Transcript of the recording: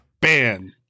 Ban